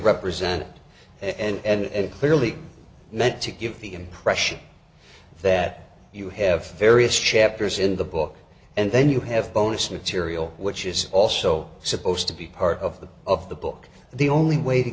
represented and clearly meant to give the impression that you have various chapters in the book and then you have bonus material which is also supposed to be part of the of the book the only way to